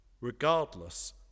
regardless